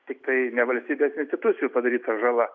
tiktai ne valstybės institucijų padaryta žala